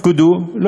כמה תוכניות הופקדו?